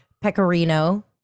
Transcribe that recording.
pecorino